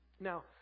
Now